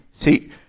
See